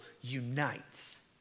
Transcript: unites